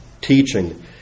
teaching